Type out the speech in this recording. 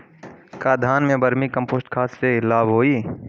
का धान में वर्मी कंपोस्ट खाद से लाभ होई?